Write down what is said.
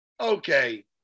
Okay